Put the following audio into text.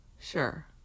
sure